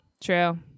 True